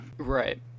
Right